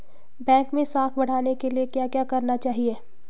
Bank मैं साख बढ़ाने के लिए क्या क्या करना चाहिए?